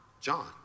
John